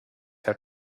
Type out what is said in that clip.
have